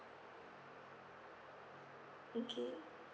okay